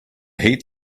heat